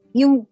yung